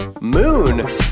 Moon